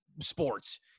sports